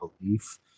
belief